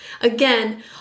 Again